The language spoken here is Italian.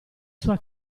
sua